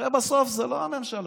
הרי בסוף זו לא הממשלה